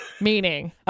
Meaning